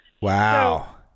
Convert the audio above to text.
Wow